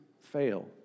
fail